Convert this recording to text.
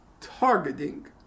targeting